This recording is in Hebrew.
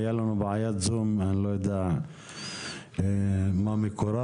היתה לנו בעיית זום שאני לא יודע מה מקורה.